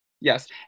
Yes